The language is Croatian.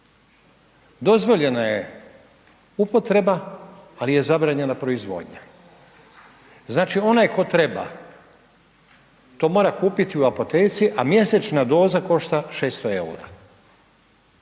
Dozvoljeno je upotreba ali je zabranjena proizvodnja. Znači onaj tko treba to mora kupiti u apoteci, a mjesečna doza košta 600 eura.